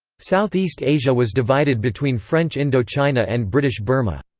southeast asia was divided between french indochina and british burma.